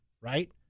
right